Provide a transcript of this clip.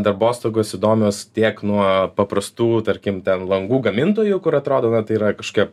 darbostogos įdomios tiek nuo paprastų tarkim ten langų gamintojų kur atrodo na tai yra kažkokia